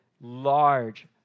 large